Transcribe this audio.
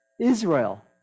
Israel